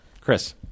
Chris